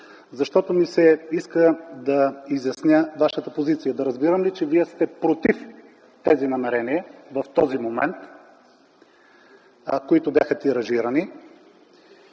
защото ми се иска да изясня Вашата позиция. Да разбирам ли, че Вие сте против тези намерения в този момент, които бяха тиражирани?